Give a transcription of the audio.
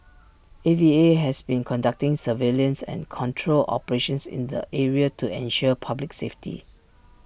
A V A has been conducting surveillance and control operations in the area to ensure public safety